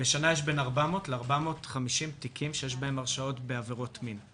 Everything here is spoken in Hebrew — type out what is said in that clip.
יש בין 400 ל-450 תיקים בסך הכול שיש בהם הרשעות בעבירות מין.